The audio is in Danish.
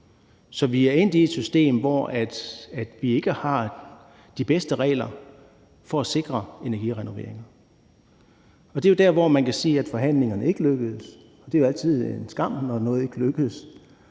Så vi er endt i et system, hvor vi ikke har de bedste regler for at sikre energirenoveringer. Og det er der, hvor man kan sige at forhandlingerne ikke lykkedes, og det er altid en skam, når noget ikke lykkes.